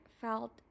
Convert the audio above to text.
felt